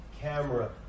camera